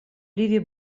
ливии